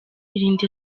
irinda